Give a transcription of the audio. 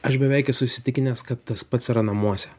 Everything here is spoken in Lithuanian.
aš beveik esu įsitikinęs kad tas pats yra namuose